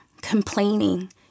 complaining